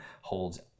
Holds